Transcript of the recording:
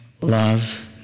love